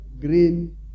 Green